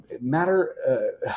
matter